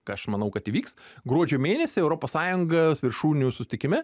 ką aš manau kad įvyks gruodžio mėnesį europos sąjungos viršūnių susitikime